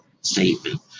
statement